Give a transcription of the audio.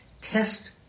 Test